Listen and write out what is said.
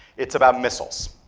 it's about missiles,